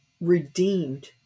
redeemed